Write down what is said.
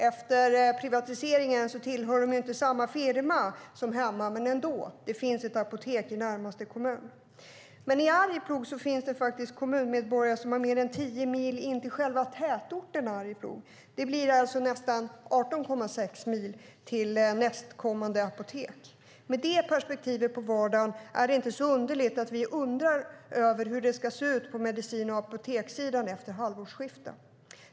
Efter privatiseringen tillhör de inte samma firma, men det finns i alla fall ett apotek i närmaste kommun. I Arjeplog finns kommunmedborgare som har mer än 10 mil till tätorten Arjeplog. Avståndet blir alltså 18,6 mil till nästa apotek. Med det perspektivet på vardagen är det inte underligt att vi undrar över hur det ska se ut på medicin och apotekssidan efter halvårsskiftet.